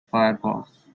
firefox